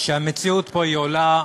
שהמציאות פה עולה,